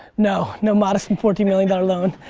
no, no modest and fourteen million dollars loan.